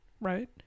right